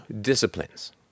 disciplines